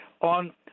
on